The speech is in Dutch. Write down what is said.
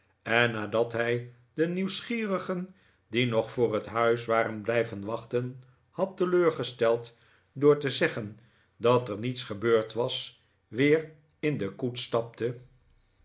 en nadat hij de nieuwsgierigen die nog voor het huis waren blijven wachten had teleurgesteld door te zeggen dat er niets gebeurd was weer in de koets stapte